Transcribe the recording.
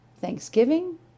Thanksgiving